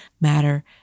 matter